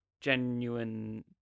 genuine